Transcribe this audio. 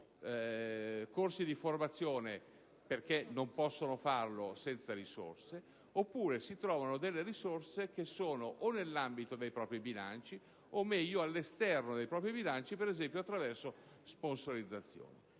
non tengono corsi di formazione, perché non possono farlo senza risorse, oppure trovano risorse nell'ambito dei propri bilanci, o meglio, all'esterno dei propri bilanci, ad esempio attraverso sponsorizzazioni.